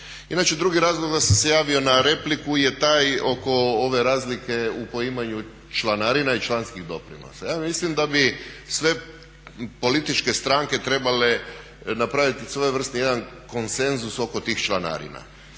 Inače drugi razlog da sam se javio na repliku je taj oko ove razlike u poimanju članarina i članskih doprinosa. Ja mislim da bi sve političke stranke trebale napraviti svojevrsni jedan konsenzus oko tih članarina.